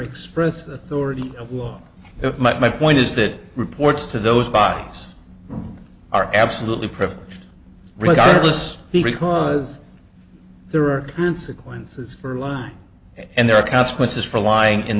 of my point is that reports to those bodies are absolutely privileged regardless because there are consequences for line and there are consequences for lying